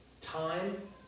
time